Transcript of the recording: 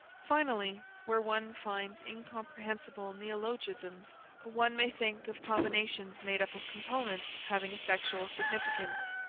finally where one finds incomprehensible neologisms one may think of combinations made up of components having a sexual significance.